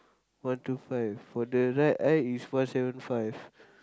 one two five for the right eye is one seven five